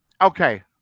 okay